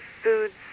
foods